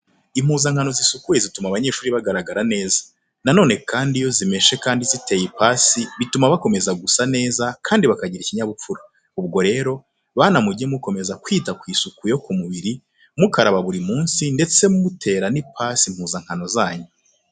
Impuzankano zisukuye zituma abanyeshuri bagaragara neza. Na none kandi iyo zimeshe kandi ziteye ipasi bituma bakomeza gusa neza kandi bakagira ikinyabupfura. Ubwo rero, bana mujye mukomeza kwita ku isuku yo ku mubiri, mukaraba buri munsi ndetse munatera n'ipasi impuzankano zanyu.